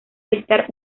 dictar